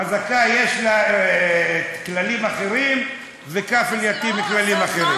לזקאת יש כללים אחרים, ולקאפל יתים כללים אחרים.